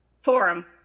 forum